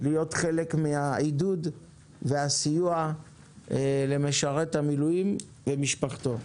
להיות חלק מהעידוד והסיוע למשרת המילואים ומשפחתו.